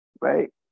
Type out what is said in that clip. right